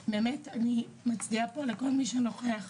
אני מצדיעה לכל מי שנוכח,